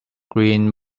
green